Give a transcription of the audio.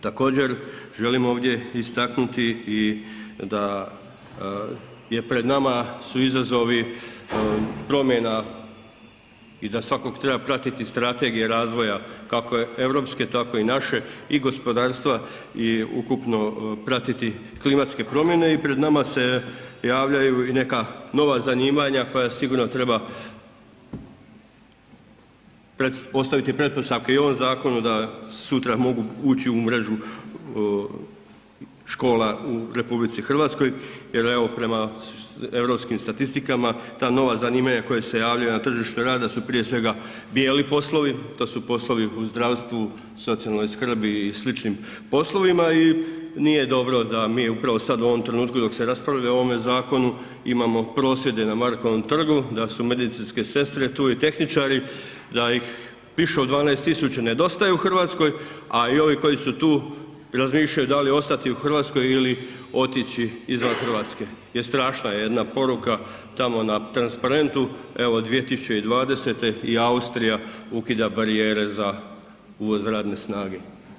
Također želim ovdje istaknuti i da je pred nama su izazovi promjena i da svakako treba pratiti strategije razvoja, kako europske tako i naše i gospodarstva i ukupno pratit klimatske promjene i pred nama se javljaju i neka nova zanimanja koja sigurno treba ostaviti pretpostavke i ovom zakonu da sutra mogu ući u mrežu škola u RH jer evo, prema europskim statistikama, ta nova zanimanja koja se javljaju na tržište rada su prije svega, bijeli poslovi, to su poslovi, to su poslovi u zdravstvu, socijalnoj skrbi i sličnim poslovima i nije dobro da mi upravo sad u ovom trenutku dok se raspravlja o ovome zakonu imamo prosvjede na Markovom trgu, da su medicinske sestre tu i tehničari, da ih više od 12 tisuća nedostaje u Hrvatskoj, a i ovi koji su tu razmišljaju da li ostati u Hrvatskoj ili otići izvan Hrvatske je strašna jedna poruka tamo na transparentu, evo 2020. i Austrija ukida barijere za uvoz radne snage.